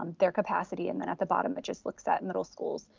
their capacity. and then at the bottom, it just looks at middle schools.